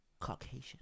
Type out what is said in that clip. Caucasian